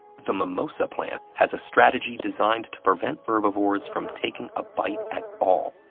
the mimosa plant has a strategy designed to prevent herbivores from taking a bite at all.